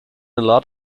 lot